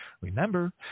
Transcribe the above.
Remember